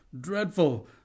dreadful